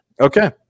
okay